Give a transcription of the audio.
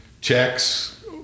checks